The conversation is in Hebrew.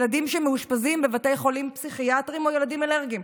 ילדים שמאושפזים בבתי חולים פסיכיאטריים או ילדים אלרגיים.